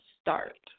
start